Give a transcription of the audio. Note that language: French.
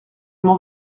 m’en